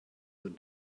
what